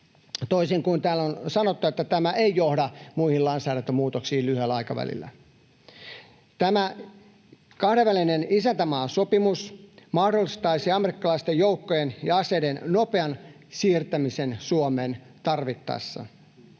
toisin kuin täällä on sanottu, että tämä ei johda lainsäädäntömuutoksiin lyhyellä aikavälillä. Tämä kahdenvälinen isäntämaasopimus mahdollistaisi amerikkalaisten joukkojen ja aseiden nopean siirtämisen Suomeen tarvittaessa.